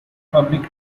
public